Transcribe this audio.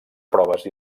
proves